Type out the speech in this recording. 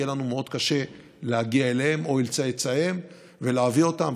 יהיה לנו מאוד קשה להגיע אליהם או אל צאצאיהם ולהביא אותם,